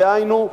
דהיינו,